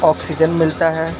oxygen मिलता है